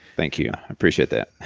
thank you, i appreciate that.